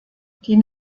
die